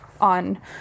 on